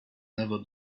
never